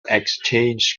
exchange